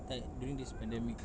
like during this pandemic